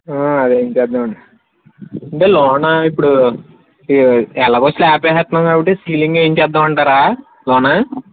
అది వేయించేద్దాం అంటే లోన ఇప్పుడు ఎలాగో స్లాబ్ వేసేస్తున్నాము కాబట్టి సీలింగ్ వేయించేద్దాం అంటారా లోన